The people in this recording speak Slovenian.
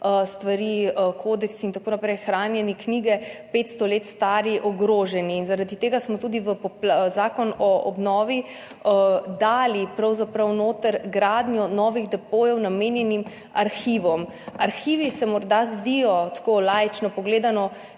stvari, kodeksi, 500 let stare knjige in tako naprej in zaradi tega smo tudi v zakon o obnovi dali pravzaprav noter gradnjo novih depojev, namenjenih arhivom. Arhivi se morda zdijo tako laično gledano